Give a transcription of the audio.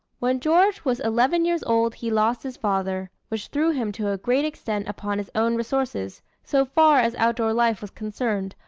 when george was eleven years old he lost his father, which threw him to a great extent upon his own resources, so far as outdoor life was concerned,